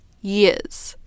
years